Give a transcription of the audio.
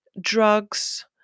drugs